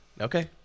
Okay